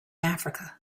africa